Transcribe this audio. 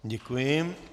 Děkuji.